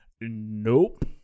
nope